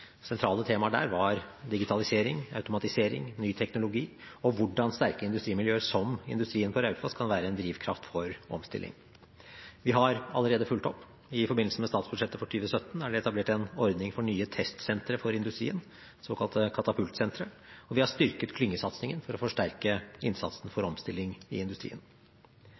Sentrale tema der var digitalisering, automatisering, ny teknologi og hvordan sterke industrimiljøer som industrien på Raufoss kan være en drivkraft for omstilling. Vi har allerede fulgt opp. I forbindelse med statsbudsjettet for 2017 er det etablert en ordning for nye testsentre for industrien, såkalte katapult-sentre, og vi har styrket klyngesatsingen for å forsterke innsatsen for omstilling i industrien.